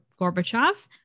gorbachev